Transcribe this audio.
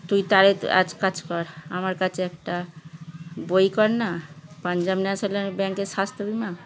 তুই তাহলে এক কাজ কর আমার কাছে একটা বই কর না পাঞ্জাব ন্যাশনাল ব্যাংকের স্বাস্থ্য বীমা